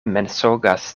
mensogas